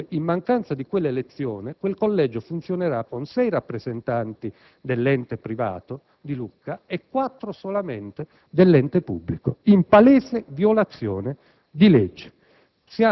due membri accademici "aggregati" quel collegio funzionerà con sei rappresentanti dell'ente privato di Lucca e quattro solamente dell'ente pubblico, in palese violazione di legge.